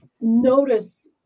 notice